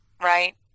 right